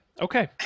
Okay